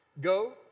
Go